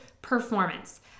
Performance